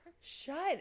Shut